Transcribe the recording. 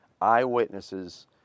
Eyewitnesses